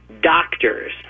doctors